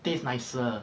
taste nicer